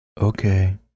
Okay